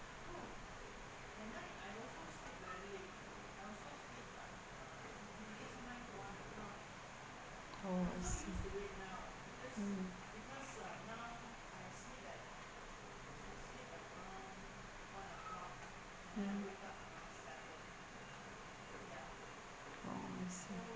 oh I see mm mm oh I see